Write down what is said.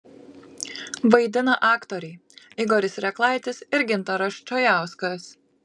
vaidina aktoriai igoris reklaitis ir gintaras čajauskas